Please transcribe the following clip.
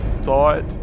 thought